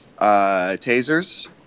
tasers